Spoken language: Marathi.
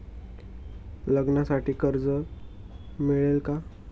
लग्नासाठी कर्ज मिळेल का?